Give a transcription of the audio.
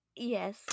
yes